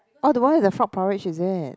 oh the one with the frog porridge is it